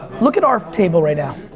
look at our table right now.